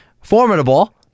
formidable